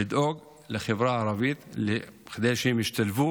לדאוג לחברה הערבית כדי שתשתלב.